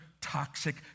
toxic